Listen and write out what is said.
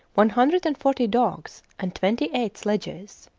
one hundred and forty dogs, and twenty-eight sledges.